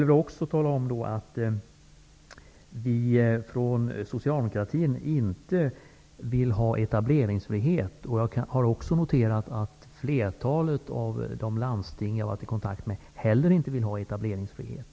Vi från socialdemokratin vill inte ha etableringsfrihet. Jag har även noterat att flertalet av de landsting som jag har varit i kontakt med inte heller vill ha etableringsfrihet.